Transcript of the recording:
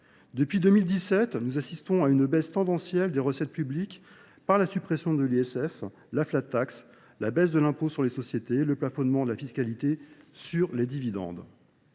Depuis 2017, nous assistons à une baisse tendentielle des recettes publiques par la suppression de l'ISF, la flat tax, la baisse de l'impôt sur les sociétés, le plafonnement de la fiscalité sur les dividendes.